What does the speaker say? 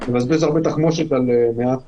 לבזבז הרבה תחמושת על מעט